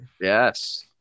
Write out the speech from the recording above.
Yes